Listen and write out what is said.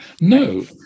no